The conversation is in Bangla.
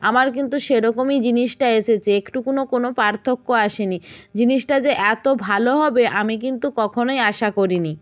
আমার কিন্তু সেরকমই জিনিসটা এসেছে একটুকুনও কোনও পার্থক্য আসেনি জিনিসটা যে এত ভালো হবে আমি কিন্তু কখনোই আশা করিনি